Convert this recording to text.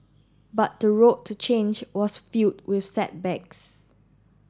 but the road to change was filled with setbacks